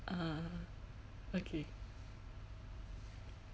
ah okay